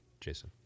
Jason